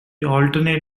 alternate